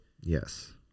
Yes